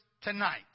tonight